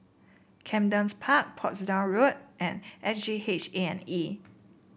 Camden Park Portsdown Road and S G H A and E